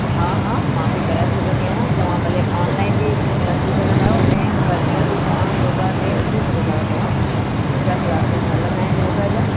हा हा मां बि कराए सघंदी आहियां तव्हां भले ओनलाइन बि अची सघंदा आहियो ऐं पर्सनल बि तव्हां योगा ते अची सघंदव तव्हां मुंहिंजा क्लासिस हलंदा आहिनि योगा जा